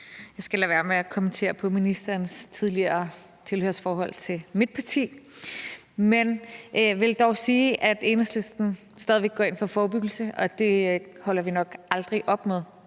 Jeg skal lade være med at kommentere på ministerens tidligere tilhørsforhold til mit parti, men jeg vil dog sige, at Enhedslisten stadig væk går ind for forebyggelse, og det holder vi nok aldrig op med.